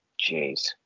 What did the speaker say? Jeez